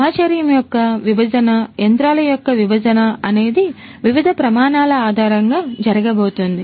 సమాచారం యొక్క విభజన యంత్రాల యొక్క విభజన అనేది వివిధ ప్రమాణాల ఆధారంగా జరగబోతుంది